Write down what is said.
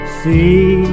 see